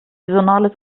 saisonales